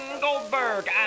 Goldberg